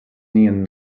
neon